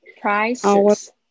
Prices